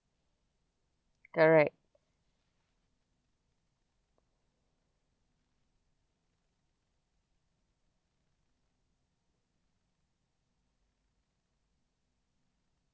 correct